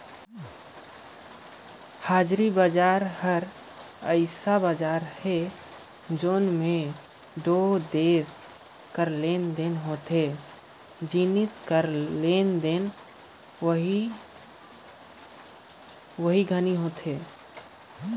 हाजिरी बजार ह अइसन बजार हरय जेंमा दू देस कर लेन देन होथे ओ जिनिस कर लेन देन उहीं बेरा म होथे